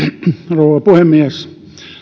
rouva puhemies